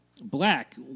Black